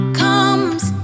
comes